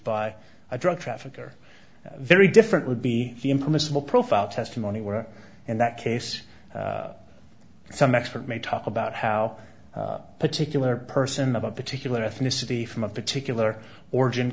by a drug trafficker very different would be impermissible profile testimony where in that case some expert may talk about how particular person of a particular ethnicity from a particular origin